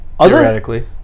Theoretically